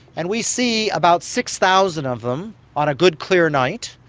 and we see about six thousand of them on a good clear night.